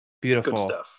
Beautiful